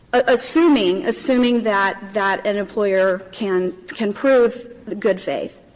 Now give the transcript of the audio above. ah assuming assuming that that an employer can can prove good faith.